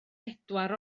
bedwar